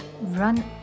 Run